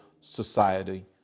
society